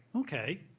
okay.